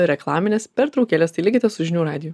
reklaminės pertraukėlės tai likite su žinių radiju